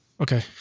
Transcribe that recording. Okay